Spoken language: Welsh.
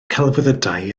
celfyddydau